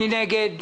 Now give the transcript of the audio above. מי נגד?